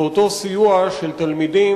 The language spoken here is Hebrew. ואותו סיוע לתלמידים,